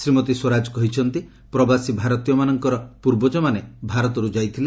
ଶ୍ରୀମତୀ ସ୍ୱରାଜ କହିଛନ୍ତି ପ୍ରବାସୀ ଭାରତୀୟମାନଙ୍କର ପୂର୍ବକମାନେ ଭାରତରୁ ଯାଇଥିଲେ